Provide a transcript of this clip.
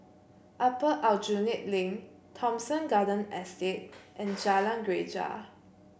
Upper Aljunied Link Thomson Garden Estate and Jalan Greja